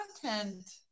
content